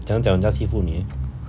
怎样讲人家欺负你 leh